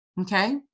Okay